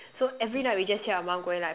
so every night we just hear our mom going like